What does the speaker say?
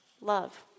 love